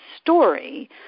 story